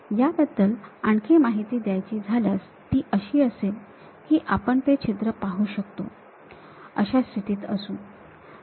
याबद्दल आणखी माहिती द्यायची झाल्यास ती अशी असेल की आपण ते छिद्र पाहू शकतो अशा स्थितीत असू